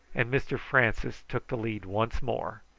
and mr francis took the lead once more,